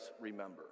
remember